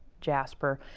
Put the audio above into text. jasper.